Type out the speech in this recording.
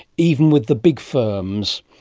even with the big firms.